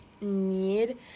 need